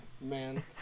man